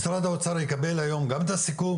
משרד האוצר יקבל היום גם את הסיכום,